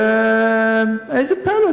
ואיזה פלא,